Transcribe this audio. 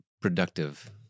productive